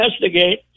investigate